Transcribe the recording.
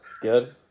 good